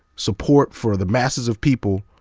support for the masses of people,